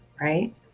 Right